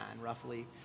roughly